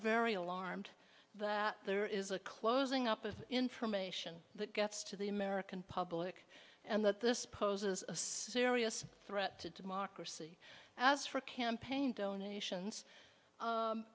very alarmed that there is a closing up of information that gets to the american public and that this poses a serious threat to democracy as for campaign donations